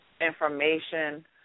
information